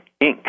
Inc